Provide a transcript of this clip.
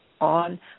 on